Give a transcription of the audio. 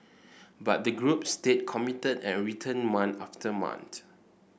but the group stayed committed and returned month after month